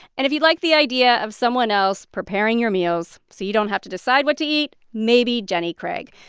and if you like the idea of someone else preparing your meals so you don't have to decide what to eat, maybe jenny craig.